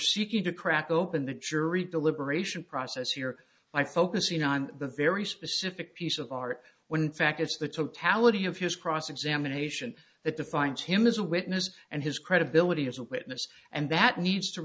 seeking to crack open the jury deliberation process here by focusing on the very specific piece of art when in fact it's the totality of his cross examination that defines him as a witness and his credibility as a witness and that needs to